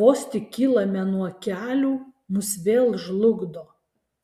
vos tik kylame nuo kelių mus vėl žlugdo